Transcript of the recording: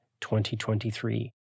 2023